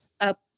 up